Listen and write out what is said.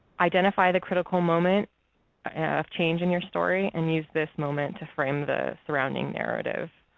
identify the critical moment of change in your story and use this moment to frame the surrounding narrative.